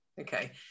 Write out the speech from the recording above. okay